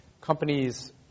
companies